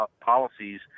policies